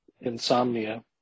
insomnia